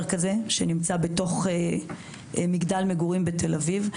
כזה שנמצא בתוך מגדל מגורים בתל אביב.